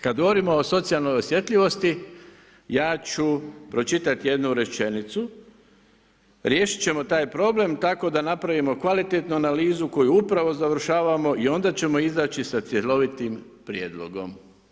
Kada govorimo o socijalnoj osjetljivosti ja ću pročitati jednu rečenicu, riješit ćemo taj problem tako da napravimo kvalitetnu analizu koju upravo završavamo i onda ćemo izaći sa cjelovitim prijedlogom.